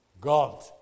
God